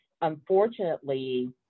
unfortunately